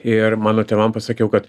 ir mano tėvam pasakiau kad